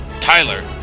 Tyler